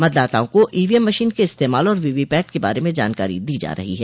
मतदाताओं को EVM machine के इस्तेमाल और वीवीपैट के बारे में जानकारी दी जा रही है